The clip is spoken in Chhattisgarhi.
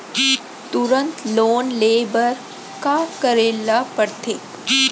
तुरंत लोन ले बर का करे ला पढ़थे?